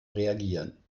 reagieren